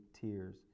tears